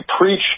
preach